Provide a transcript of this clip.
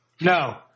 No